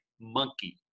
Monkey